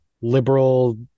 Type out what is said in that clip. liberal